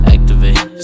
Activate